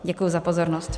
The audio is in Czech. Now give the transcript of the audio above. Děkuji za pozornost.